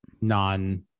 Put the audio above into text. non